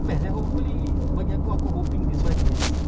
best ya hopefully bagi aku aku hoping this [one] is